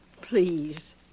please